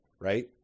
right